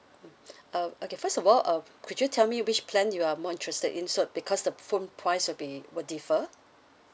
uh okay first of all uh could you tell me which plan you are more interested in so because the phone price will be will differ